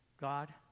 God